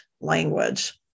language